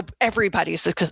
everybody's